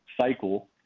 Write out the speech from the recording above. cycle